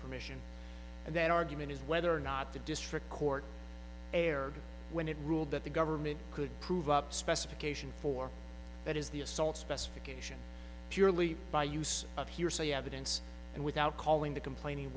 permission and that argument is whether or not the district court err when it ruled that the government could prove up specification for that is the assault specification purely by use of hearsay evidence and without calling the complaining